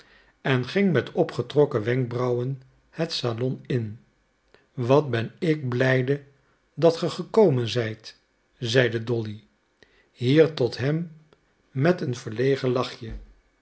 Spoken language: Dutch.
en ging met opgetrokken wenkbrauwen het salon in wat ben ik blijde dat ge gekomen zijt zeide dolly hier tot hem met een verlegen lachje